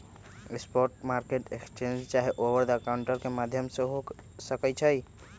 spot market exchange चाहे over the counter के माध्यम से हो सकइ छइ